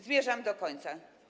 Zmierzam do końca.